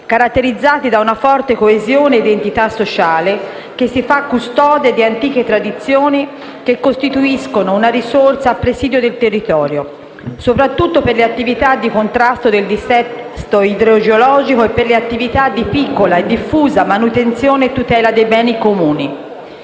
caratterizzati da una forte coesione e identità sociale che si fa custode di antiche tradizioni e che costituiscono una risorsa a presidio del territorio, soprattutto per le attività di contrasto del dissesto idrogeologico e per le attività di piccola e diffusa manutenzione e tutela dei beni comuni.